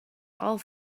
all